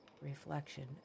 reflection